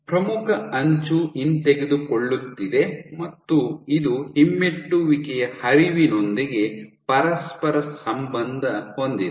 ಪ್ರಮುಖ ಅಂಚು ಹಿಂತೆಗೆದುಕೊಳ್ಳುತ್ತಿದೆ ಮತ್ತು ಇದು ಹಿಮ್ಮೆಟ್ಟುವಿಕೆಯ ಹರಿವಿನೊಂದಿಗೆ ಪರಸ್ಪರ ಸಂಬಂಧ ಹೊಂದಿದೆ